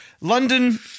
London